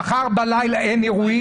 מחר בלילה אין אירועים?